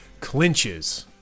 clinches